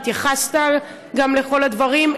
התייחסת גם לכל הדברים,